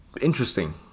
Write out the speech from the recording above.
interesting